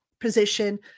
position